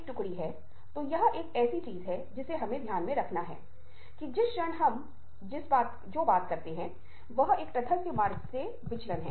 2 घंटे के इंतजार के बाद पहला यात्री आता है वह कुछ आधिकारिक व्यवसाय पर है और वह एक विनोदीपूर्ण व्यक्ति है